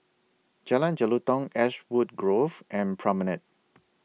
Jalan Jelutong Ashwood Grove and Promenade